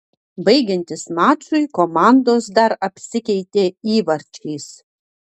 baigiantis mačui komandos dar apsikeitė įvarčiais